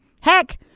Heck